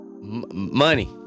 money